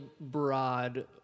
broad